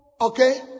okay